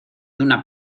una